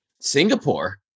Singapore